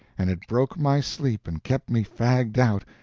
and it broke my sleep and kept me fagged out,